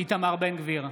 איתמר בן גביר,